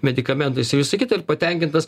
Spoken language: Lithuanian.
medikamentais ir visa kita ir patenkintas